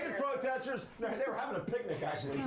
you know and they were having a picnic, actually.